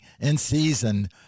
in-season